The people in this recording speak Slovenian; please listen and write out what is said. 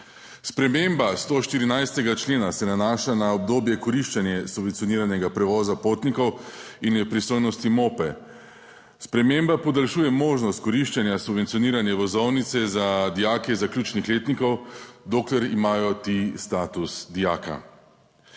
Sprememba 114. člena se nanaša na obdobje koriščenja subvencioniranega prevoza potnikov in je v pristojnosti MOPE. Sprememba podaljšuje možnost koriščenja subvencionirane vozovnice za dijake zaključnih letnikov, dokler imajo ti status dijaka.